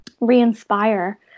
re-inspire